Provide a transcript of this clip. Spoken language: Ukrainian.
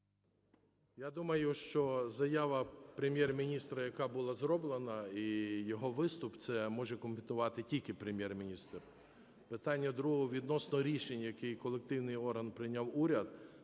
Я думаю, що заява Прем'єр-міністра, яка була зроблена і його виступ, це може коментувати тільки Прем'єр-міністр. Питання друге відносно рішень, які як колективний орган прийняв уряд